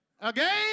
Again